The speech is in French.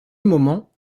moment